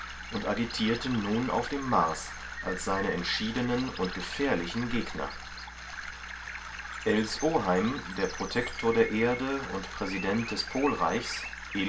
und agitierten nun auf dem mars als seine entschiedenen und gefährlichen gegner ells oheim der protektor der erde und präsident des polreichs